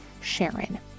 SHARON